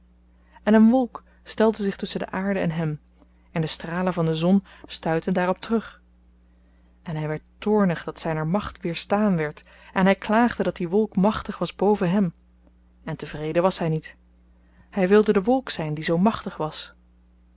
en een wolk stelde zich tusschen de aarde en hem en de stralen van de zon stuitten daarop terug en hy werd toornig dat zyner macht weerstaan werd en hy klaagde dat die wolk machtig was boven hem en tevreden was hy niet hy wilde de wolk zyn die zoo machtig was